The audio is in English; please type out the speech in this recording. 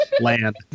land